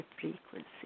frequency